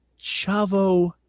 Chavo